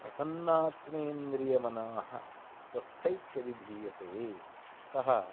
प्रसन्नात्मेन्द्रियमनाः स्वस्थ इत्यभिधीयते अतः